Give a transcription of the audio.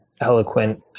eloquent